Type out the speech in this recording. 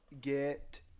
get